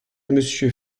monsieur